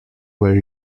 were